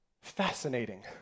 fascinating